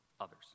others